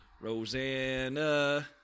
Rosanna